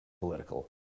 political